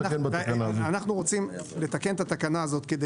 אנחנו רוצים לתקן את התקנה הזו כדי